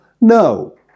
No